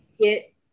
get